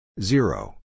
Zero